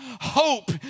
hope